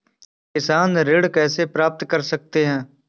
किसान ऋण कैसे प्राप्त कर सकते हैं?